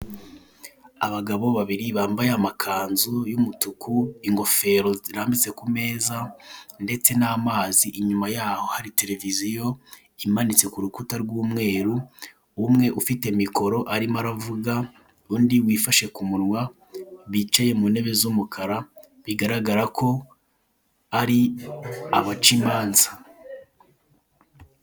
Abagabo babiri bambaye amakanzu y'umutuku, ingofero zirambitse ku meza ndetse n'amazi, inyuma yaho hari tereviziyo imanitse ku rukuta rw'umweru umwe ufite mikoro arimo aravuga undi wifashe ku munwa bicaye mu ntebe z'umukara, bigaragara ko ari abaca imanza.